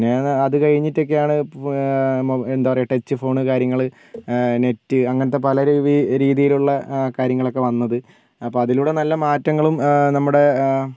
പിന്നെ അതു കഴിഞ്ഞിട്ടൊക്കെയാണ് എന്താണ് പറയുക ടച്ച് ഫോൺ കാര്യങ്ങൾ നെറ്റ് അങ്ങനത്തെ പല രീതിയിലുള്ള കാര്യങ്ങളൊക്കെ വന്നത് അപ്പോൾ അതിലൂടെ നല്ല മാറ്റങ്ങളും നമ്മുടെ